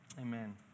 Amen